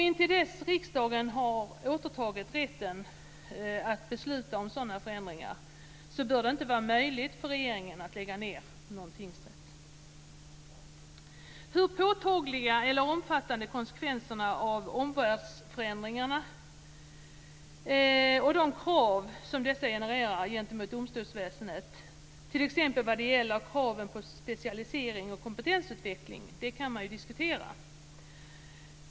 Intill dess att riksdagen har återtagit rätten att besluta om sådana förändringar, bör det inte vara möjligt för regeringen att lägga ned någon tingsrätt. Hur påtagliga eller omfattande konsekvenserna av omvärldsförändringarna och de krav som dessa genererat gentemot domstolsväsendet är, t.ex. vad gäller kraven på specialisering och kompetensutveckling, kan man ju diskutera.